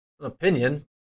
opinion